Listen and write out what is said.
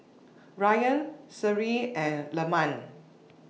Ryan Seri and Leman